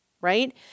right